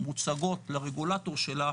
מוצגות לרגולטור שלה,